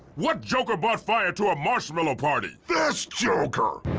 what joker brought fire to a marshmallow party? this joker.